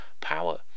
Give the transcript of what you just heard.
power